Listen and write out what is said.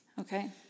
Okay